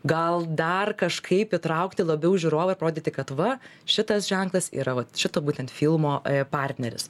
gal dar kažkaip įtraukti labiau žiūrovą rodyti kad va šitas ženklas yra vat šito būtent filmo partneris